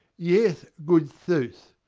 yes, good sooth.